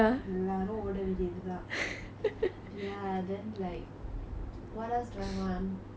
what else do I want I don't know I have like so many different ideas I don't exactly know what I want like